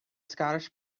scottish